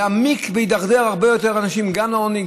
יעמיק וידרדר הרבה יותר אנשים לעוני,